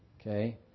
Okay